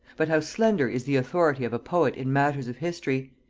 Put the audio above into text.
but how slender is the authority of a poet in matters of history!